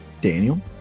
Daniel